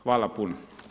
Hvala puno.